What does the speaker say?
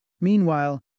Meanwhile